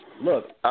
Look